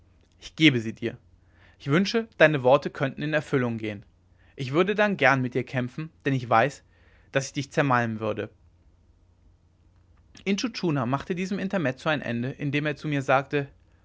ich gebe sie dir ich wünsche deine worte könnten in erfüllung gehen ich würde dann gern mit dir kämpfen denn ich weiß daß ich dich zermalmen würde intschu tschuna machte diesem intermezzo ein ende indem er zu mir sagte